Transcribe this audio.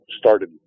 started